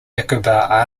nicobar